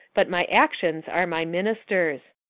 but my actions are my ministers'.